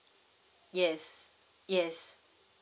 yes yes